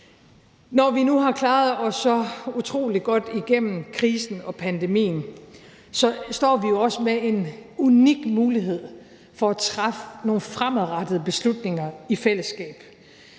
Når vi nu har klaret os så utrolig godt igennem krisen og pandemien, står vi jo også med en unik mulighed for at træffe nogle fremadrettede beslutninger i fællesskab.